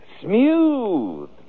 smooth